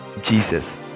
Jesus